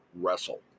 wrestle